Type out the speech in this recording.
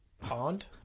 pond